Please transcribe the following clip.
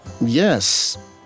Yes